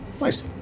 Nice